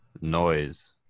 noise